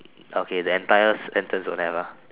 okay then entire sentence don't have ah